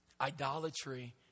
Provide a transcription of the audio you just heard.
Idolatry